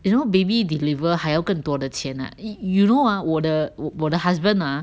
you know baby deliver 还有更多的钱 ah you you know ah 我的我的 husband ah